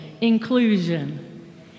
inclusion